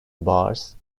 bars